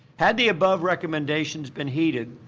had the above recommendations been heeded,